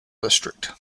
district